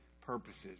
purposes